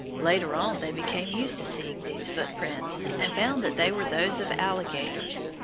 later on they became used to seeing these footprints, and found that they were those of alligators.